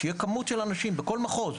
שתהיה כמות של אנשים בכל מחוז,